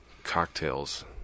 Cocktails